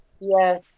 Yes